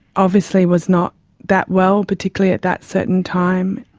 obviously was not that well, particularly at that certain time.